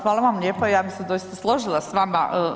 Hvala vam lijepa, ja bi se doista složila s vama.